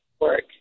work